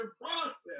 process